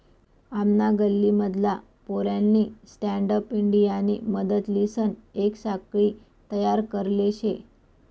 आमना गल्ली मधला पोऱ्यानी स्टँडअप इंडियानी मदतलीसन येक साखळी तयार करले शे